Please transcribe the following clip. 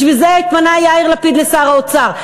בשביל זה התמנה יאיר לפיד לשר האוצר.